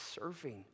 serving